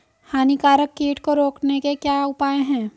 हानिकारक कीट को रोकने के क्या उपाय हैं?